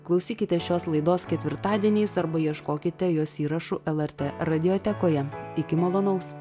klausykitės šios laidos ketvirtadieniais arba ieškokite jos įrašų lrt radiotekoje iki malonaus